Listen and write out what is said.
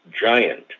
giant